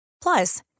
plus